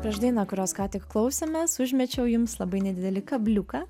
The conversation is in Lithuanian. prieš dainą kurios ką tik klausėmės užmečiau jums labai nedidelį kabliuką